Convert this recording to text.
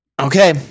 Okay